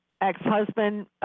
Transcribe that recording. ex-husband